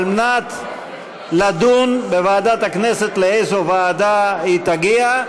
על מנת לדון בוועדת הכנסת לאיזו ועדה היא תגיע.